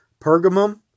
Pergamum